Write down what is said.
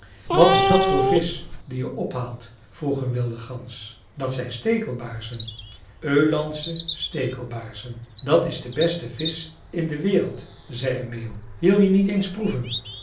wat is dat voor visch die je ophaalt vroeg een wilde gans dat zijn stekelbaarzen ölandsche stekelbaarzen dat is de beste visch in de wereld zei een meeuw wil je niet eens proeven